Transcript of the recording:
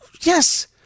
yes